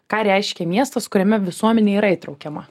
ką reiškia miestas kuriame visuomenė yra įtraukiama